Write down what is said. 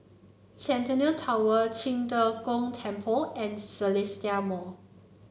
Centennial Tower Qing De Gong Temple and The Seletar Mall